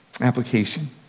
Application